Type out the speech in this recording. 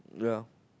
yeah